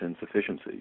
insufficiency